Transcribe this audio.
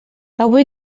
avui